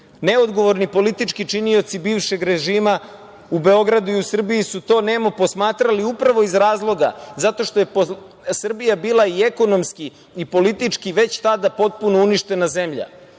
Neodgovorni politički činioci bivšeg režima u Beogradu i u Srbiji su to nemo posmatrali upravo iz razloga što je Srbija bila i ekonomski i politički već tada potpuno uništena zemlja.